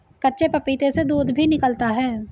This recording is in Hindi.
कच्चे पपीते से दूध भी निकलता है